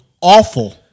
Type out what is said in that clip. awful